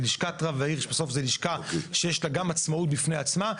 ולשכת רב העיר שבסוף זו לשכה שיש לה גם עצמאות בפני עצמה,